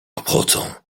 obchodzą